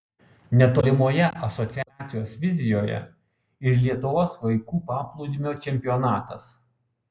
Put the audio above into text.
netolimoje asociacijos vizijoje ir lietuvos vaikų paplūdimio čempionatas